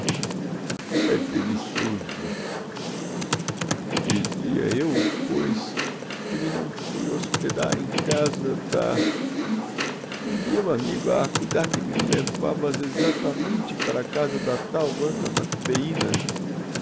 é delicioso dizia eu pois que me não fui hospedar em casa da e eu amigo a cuidar que me levavas exactamente para casa da tal anna